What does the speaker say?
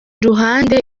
ruhande